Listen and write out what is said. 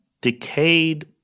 decayed